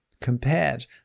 compared